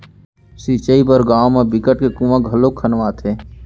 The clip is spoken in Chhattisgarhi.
सिंचई बर गाँव म बिकट के कुँआ घलोक खनवाथे